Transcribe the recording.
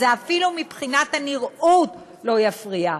אפילו מבחינת הנראות זה לא יפריע.